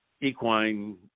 equine